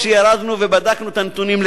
כשירדנו ובדקנו את הנתונים,